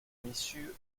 l’issue